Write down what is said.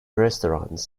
restaurants